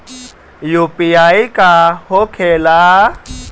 UPI का होके ला?